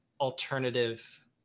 alternative